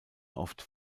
oft